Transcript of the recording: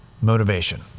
Motivation